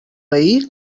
veí